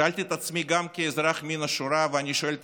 שאלתי את עצמי גם כאזרח מן השורה ואני שואל את